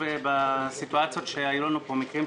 אני רוצה להבין שגית אפיק,